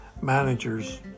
managers